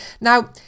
Now